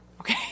okay